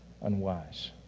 unwise